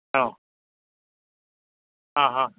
ആ ആ ആ